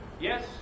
Yes